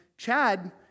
Chad